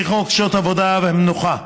לפי חוק שעות עבודה ומנוחה,